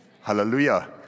Hallelujah